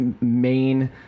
main